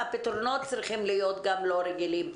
הפתרונות צריכים להיות לא רגילים.